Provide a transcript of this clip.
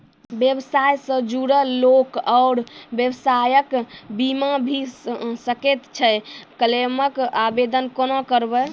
व्यवसाय सॅ जुड़ल लोक आर व्यवसायक बीमा भऽ सकैत छै? क्लेमक आवेदन कुना करवै?